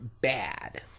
bad